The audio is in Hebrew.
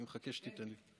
אני מחכה שתיתן לי.